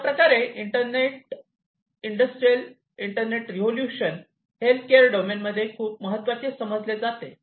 अशाप्रकारे internet industrial internet revolution healthcare domain मध्ये खूप महत्त्वाचे समजले जाते